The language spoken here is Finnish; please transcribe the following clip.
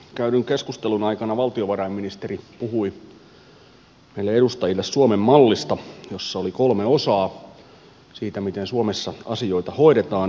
käydyn keskustelun aikana valtiovarainministeri puhui meille edustajille suomen mallista jossa oli kolme osaa siitä miten suomessa asioita hoidetaan